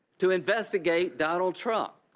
to investigate donald trump.